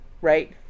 right